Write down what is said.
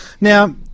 Now